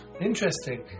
Interesting